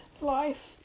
life